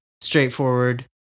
straightforward